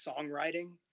songwriting